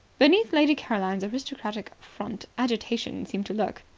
beneath lady caroline's aristocratic front agitation seemed to lurk.